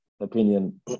opinion